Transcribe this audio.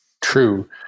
true